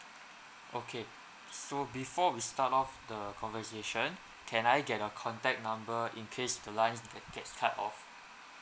okay so before we start off the conversation can I get a contact number in case the lines get gets cut off